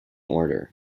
order